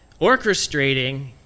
orchestrating